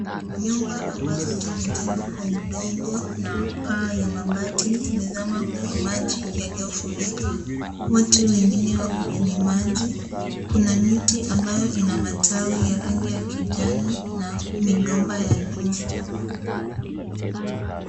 Nyumba ambazo zimejengwa kwa udongo na paa ya mabati zimezama kwenye maji yaliyofurika. Watu wengine wako kwenye maji. Kkuna miti ambayo ina rangi ya kijani na migomba ya ndizi.